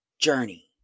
journey